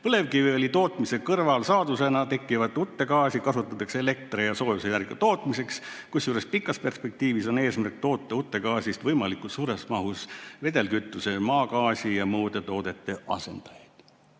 Põlevkiviõli tootmise kõrvalsaadusena tekkivat uttegaasi kasutatakse elektri- ja soojusenergia tootmiseks, kusjuures pikas perspektiivis on eesmärk toota uttegaasist võimalikult suures mahus vedelkütuse, maagaasi või muude toodete asendajaid."